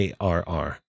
ARR